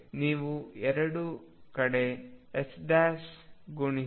ನೀವು ಎರಡು ಕಡೆ ಗುಣಿಸಿ